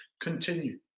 continue